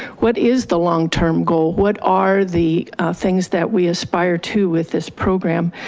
what is the long term goal? what are the things that we aspire to with this program?